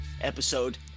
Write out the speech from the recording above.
episode